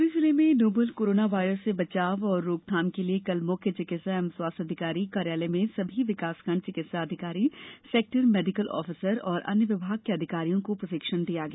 शिवपुरी जिले में novel corona virus से बचाव एवं रोकथाम के लिये कल मुख्य चिकित्सा एवं स्वास्थ्य अधिकारी कार्यालय में सभी विकासखण्ड चिकित्सा अधिकारी सेक्टर मेडीकल ऑफिसर एवं अन्य विभाग के अधिकारियों को प्रशिक्षण दिया गया